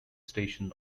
station